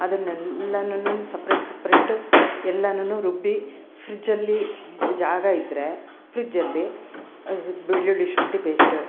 ಅದುನ್ನೆಲ್ಲಾ ನಾನು separate separate ಎಲ್ಲಾನೂ ರುಬ್ಬಿ ಫ್ರಿಜ್ಜಲ್ಲಿ ಜಾಗ ಇದ್ರೆ ಫ್ರಿಜ್ಜಲ್ಲಿ ಬೆಳ್ಳುಳ್ಳಿ ಶುಂಠಿ ಪೇಸ್ಟು